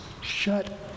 shut